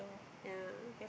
yeah